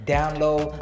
Download